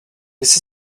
this